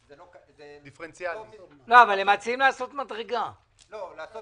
זה באמת לא סעיף שהוא מרכז